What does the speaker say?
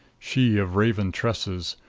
she of raven tresses.